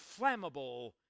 flammable